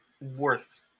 worth